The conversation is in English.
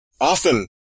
Often